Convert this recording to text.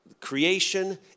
creation